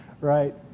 Right